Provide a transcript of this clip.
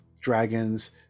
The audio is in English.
Dragons